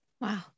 Wow